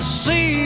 see